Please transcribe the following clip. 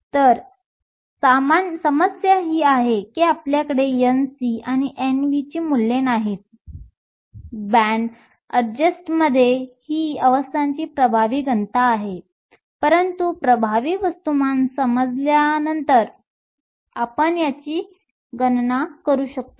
तर समस्या ही आहे की आपल्याकडे Nc आणि Nv ची मूल्ये नाहीत बँड अडजेस्टमध्ये ही अवस्थांची प्रभावी घनता आहे परंतु प्रभावी वस्तुमान समजल्यानंतर आपण याची गणना करू शकतो